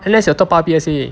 N_S 有 top up P_S_A